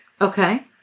Okay